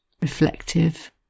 reflective